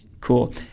Cool